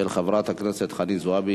של חברת הכנסת חנין זועבי,